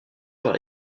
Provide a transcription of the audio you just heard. par